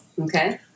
Okay